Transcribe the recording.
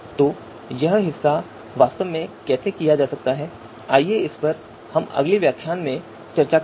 तो यह हिस्सा वास्तव में कैसे किया जाता है इस पर हम अगले व्याख्यान में चर्चा करेंगे